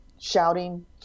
shouting